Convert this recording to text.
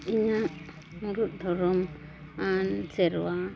ᱤᱧᱟᱹᱜ ᱢᱩᱲᱩᱫ ᱫᱷᱚᱨᱚᱢᱟᱱ ᱥᱮᱨᱣᱟ